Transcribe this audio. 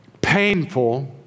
painful